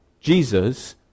Jesus